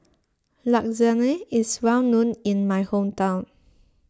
Lasagne is well known in my hometown